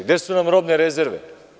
Gde su nam robne rezerve?